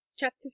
chapter